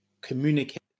communicate